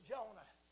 Jonah